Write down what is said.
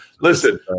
listen